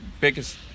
biggest